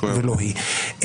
ולא היא.